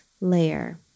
layer